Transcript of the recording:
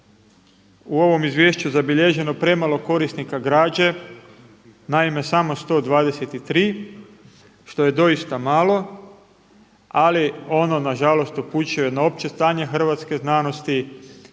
u ovom izvješću zabilježeno premalo korisnika građe. Naime, samo 123 što je doista malo, ali ono nažalost upućuje na opće stanje hrvatske znanosti,